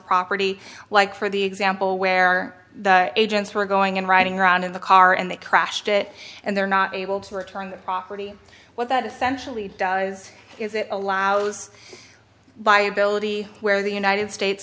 property like for the example where the agents were going and riding around in the car and they crashed it and they're not able to return the property what that essentially does is it allows by ability where the united states